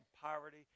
poverty